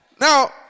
Now